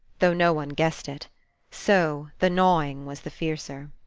though no one guessed it so the gnawing was the fiercer.